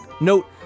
Note